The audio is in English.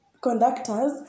conductors